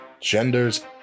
genders